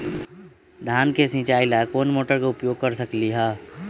धान के सिचाई ला कोंन मोटर के उपयोग कर सकली ह?